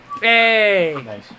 Hey